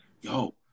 yo